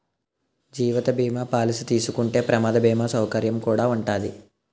జీవిత బీమా పాలసీ తీసుకుంటే ప్రమాద బీమా సౌకర్యం కుడా ఉంటాది